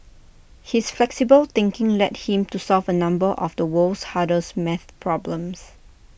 his flexible thinking led him to solve A number of the world's harder math problems